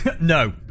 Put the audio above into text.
No